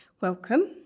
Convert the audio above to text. Welcome